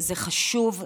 זה חשוב,